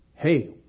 Hey